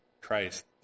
Christ